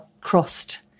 crossed